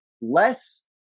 less